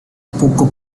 poco